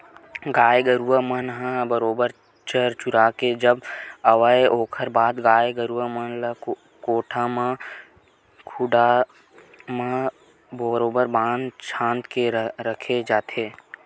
गाय गरुवा मन ह बरोबर चर चुरा के जब आवय ओखर बाद गाय गरुवा मन ल कोठा म खूंटा म बरोबर बांध छांद के रखे जाथे